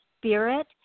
spirit